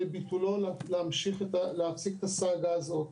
צריך להפסיק את הסאגה הזאת.